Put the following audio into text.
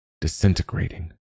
disintegrating